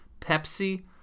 pepsi